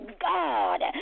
God